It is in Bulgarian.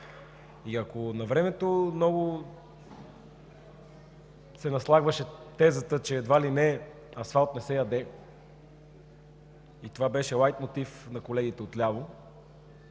И ако навремето много се наслагваше тезата, че едва ли не асфалт не се яде и това беше лайтмотив на колегите отляво,